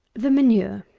the manure.